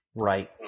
Right